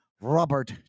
Robert